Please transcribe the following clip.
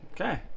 Okay